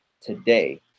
today